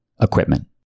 equipment